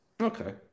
Okay